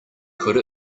could